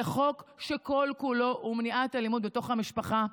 זה חוק שכל-כולו מניעת אלימות בתוך המשפחה,